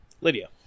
Lydia